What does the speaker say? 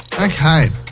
Okay